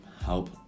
help